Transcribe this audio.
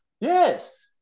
Yes